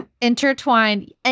Intertwined